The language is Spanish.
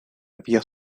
había